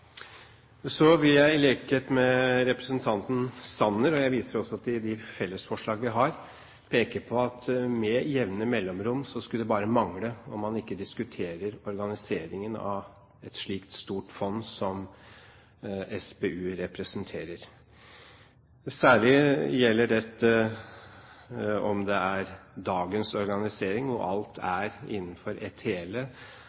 Så vil jeg i likhet med representanten Sanner – jeg viser også til de fellesforslag vi har – peke på at det skulle bare mangle at man med jevne mellomrom ikke diskuterer organiseringen av et slikt stort fond som SPU representerer. Særlig gjelder det om dagens organisering hvor alt